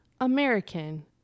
American